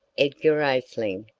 edgar atheling,